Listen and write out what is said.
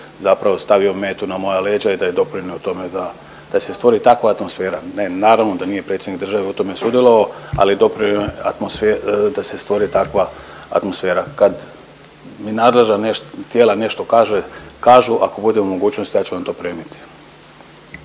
zapravo stavio metu na moja leđa i da je doprinio tome da, da se stvori takva atmosfera. Ne, naravno da nije predsjednik države u tome sudjelovao ali doprinio da se stvori takva atmosfera. Kad mi nadležna tijela nešto kaže, kažu ako budem u mogućnosti ja ću vam to prenijet.